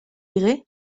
irez